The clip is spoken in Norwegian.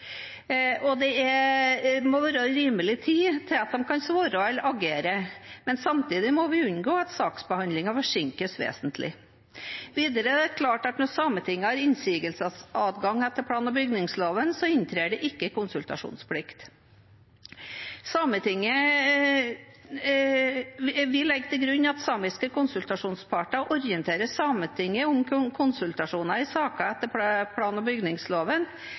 må være rimelig tid til at de kan svare eller agere, men samtidig må vi unngå at saksbehandlingen forsinkes vesentlig. Videre er det klart at når Sametinget har innsigelsesadgang etter plan- og bygningsloven, inntrer det ikke konsultasjonsplikt. Vi legger til grunn til at samiske konsultasjonsparter orienterer Sametinget om konsultasjoner i saker etter plan- og bygningsloven